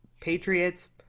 patriots